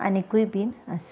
आनिकूय बीन आसात